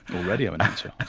radio announcer.